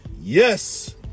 Yes